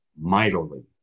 mightily